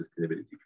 sustainability